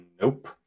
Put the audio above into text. Nope